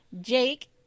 Jake